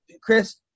Chris